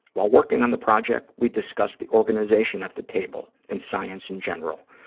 while working on the project, we discussed the organization of the table and science in general.